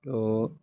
थह